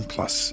Plus